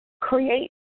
create